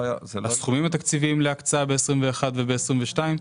הסכומים התקציביים להקצאה ב-2021 וב-2022.